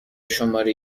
شماره